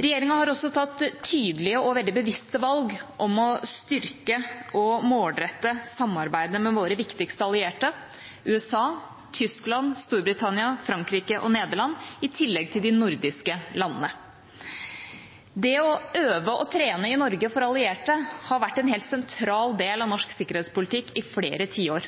Regjeringa har også tatt tydelige og veldig bevisste valg om å styrke og målrette samarbeidet med våre viktigste allierte: USA, Tyskland, Storbritannia, Frankrike og Nederland i tillegg til de nordiske landene. Det å øve og trene i Norge for allierte har vært en helt sentral del av norsk sikkerhetspolitikk i flere tiår.